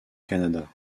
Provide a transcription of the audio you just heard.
canada